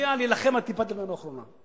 יצביעו להילחם עד טיפת דמנו האחרונה.